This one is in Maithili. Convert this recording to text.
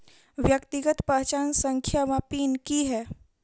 व्यक्तिगत पहचान संख्या वा पिन की है?